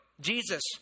Jesus